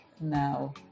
now